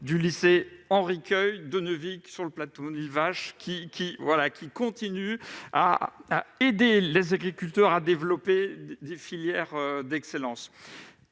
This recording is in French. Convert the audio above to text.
du lycée Henri-Queuille de Neuvic, sur le plateau de Millevaches, qui continue à aider les agriculteurs à développer des filières d'excellence.